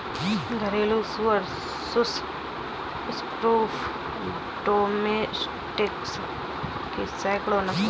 घरेलू सुअर सुस स्क्रोफा डोमेस्टिकस की सैकड़ों नस्लें हैं